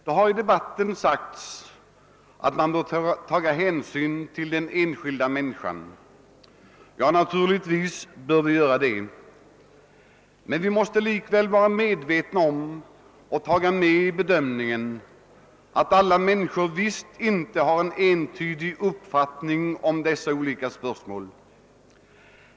Det har i debatten sagts att vi bör ta hänsyn till den enskilda människan, och naturligtvis bör vi göra det. Men vi måste också vara medvetna om och ta med i bedömningen att alla människor visst inte har en entydig uppfattning om dessa spörsmål.